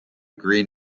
green